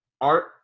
art